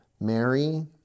Mary